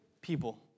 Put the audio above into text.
people